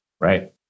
Right